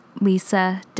Lisa